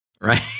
right